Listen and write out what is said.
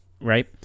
right